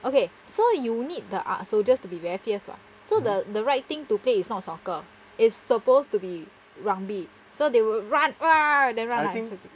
okay so you need the ah soldiers to be very fierce [what] so the the right thing to play is not soccer is supposed to be rugby so they will run run run